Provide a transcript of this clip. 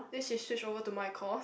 then she switched over to my course